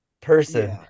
person